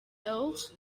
elves